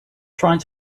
trying